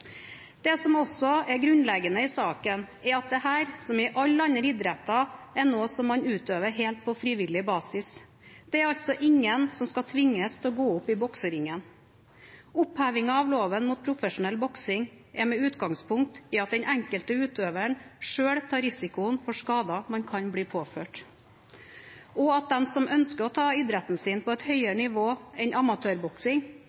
Det som også er grunnleggende i saken, er at dette, som i alle andre idretter, er noe som man utøver på helt frivillig basis. Det er altså ingen som skal tvinges til å gå opp i bokseringen. Oppheving av loven mot profesjonell boksing er med utgangspunkt i at den enkelte utøver selv tar risikoen for skader man kan bli påført, og at de som ønsker å ta idretten sin på et